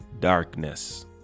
darkness